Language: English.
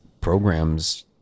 programs